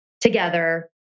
together